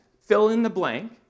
fill-in-the-blank